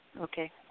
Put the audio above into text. Okay